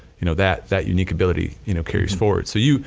you know that that uniqabiltiy you know carries forward so, you